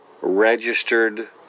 registered